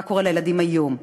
מה קורה לילדים היום?